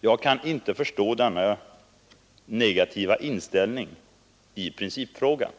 Jag kan inte förstå denna negativa inställning i principfrågan.